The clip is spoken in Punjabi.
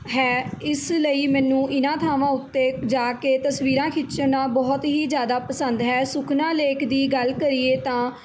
ਹੈ ਇਸ ਲਈ ਮੈਨੂੰ ਇਹਨਾਂ ਥਾਵਾਂ ਉੱਤੇ ਜਾ ਕੇ ਤਸਵੀਰਾਂ ਖਿੱਚਣ ਨਾਲ ਬਹੁਤ ਹੀ ਜ਼ਿਆਦਾ ਪਸੰਦ ਹੈ ਸੁਖਨਾ ਲੇਖ ਦੀ ਗੱਲ ਕਰੀਏ ਤਾਂ